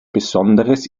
besonderes